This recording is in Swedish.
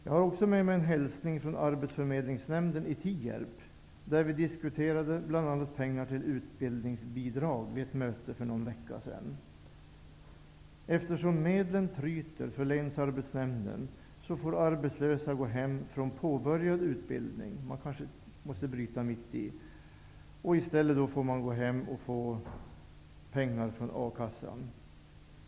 Jag har också med mig en hälsning från Arbetsförmedlingsnämnden i Tierp, där vi vid ett möte för någon vecka sedan diskuterade bl.a. pengar till utbildningsbidrag. Eftersom medlen tryter för länsarbetsnämnden, får arbetslösa avbryta redan påbörjad utbildning. I stället får de pengar från A-kassan.